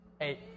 Eight